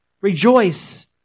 Rejoice